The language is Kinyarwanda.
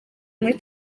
muri